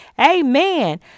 Amen